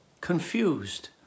confused